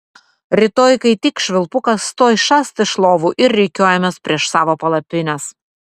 rytoj kai tik švilpukas tuoj šast iš lovų ir rikiuojamės prieš savo palapines